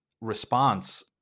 response